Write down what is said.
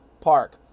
Park